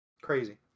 crazy